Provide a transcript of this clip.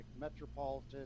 Metropolitan